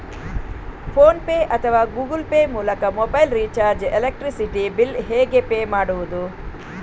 Phone pay ಅಥವಾ Google pay ಮೂಲಕ mobile recharge, electricity bill ಹೇಗೆ ಪೇ ಮಾಡುವುದು?